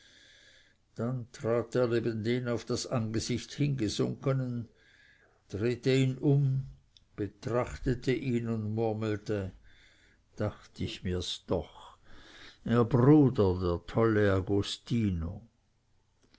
dann trat er neben den auf das angesicht hingesunkenen drehte ihn um betrachtete ihn und murmelte dacht ich mir's doch ihr bruder der tolle agostino